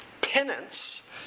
Penance